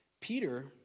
Peter